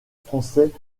français